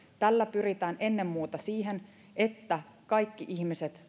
tällä pyritään ennen muuta siihen että voidaan hoitaa kaikki ihmiset